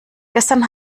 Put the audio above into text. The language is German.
gestern